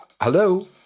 hello